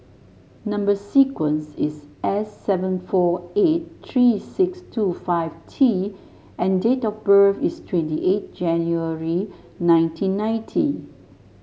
number sequence is S seven four eight three six two five T and date of birth is twenty eight January nineteen ninety